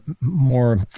more